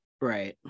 Right